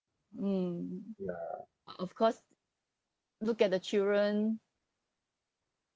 mm uh of course look at the children